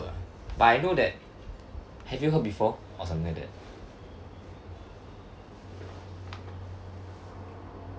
but I know that have you heard before or something like that